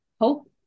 hope